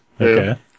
Okay